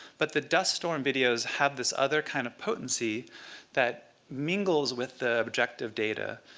but the dust storm videos have this other kind of potency that mingles with the objective data,